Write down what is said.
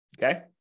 Okay